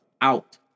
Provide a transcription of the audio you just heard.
out